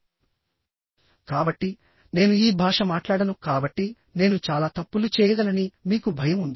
కాబట్టి నేను ఈ భాష మాట్లాడను కాబట్టి నేను చాలా తప్పులు చేయగలనని మీకు భయం ఉంది